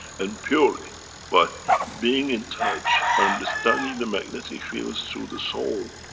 and purely by being in touch, understanding the magnetic fields through the soul,